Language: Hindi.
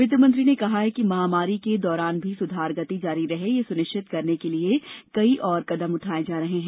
वित्तमंत्री ने कहा कि महामारी के दौरान भी स्धार गति जारी रहे यह स्निश्चित करने के लिए कई और कदम उठाए जा रहे हैं